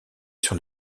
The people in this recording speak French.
sur